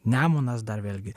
nemunas dar vėlgi